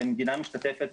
והמדינה משתתפת